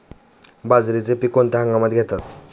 बाजरीचे पीक कोणत्या हंगामात घेतात?